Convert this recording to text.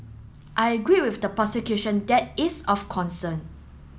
I agree with the prosecution that is of concern